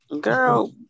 Girl